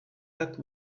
that